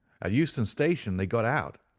at euston station they got out,